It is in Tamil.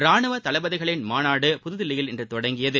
ராணுவ தளபதிகளின் மாநாடு புதுதில்லியில் இன்று தொடங்கியது